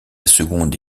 seconde